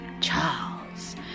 Charles